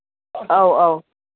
ꯑꯧ ꯑꯧ